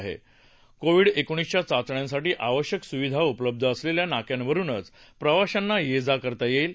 Covid एकोणीसच्या चाचण्यासाठी आवश्यक सुविधा उपलब्ध असलेल्या नाक्यावरुनच प्रवाश्याना ये जा करता येईल